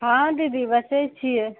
हँ दीदी बेचै छियै